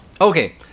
okay